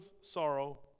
sorrow